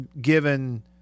Given –